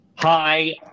hi